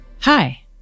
Hi